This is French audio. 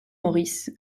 maurice